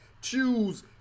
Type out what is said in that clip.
choose